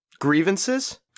Grievances